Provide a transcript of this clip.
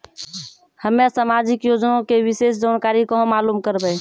हम्मे समाजिक योजना के विशेष जानकारी कहाँ मालूम करबै?